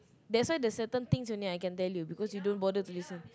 that's why there's certain things only I can tell you because you don't bother to listen